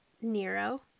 Nero